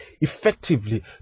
Effectively